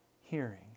hearing